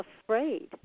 afraid